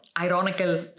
ironical